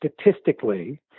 statistically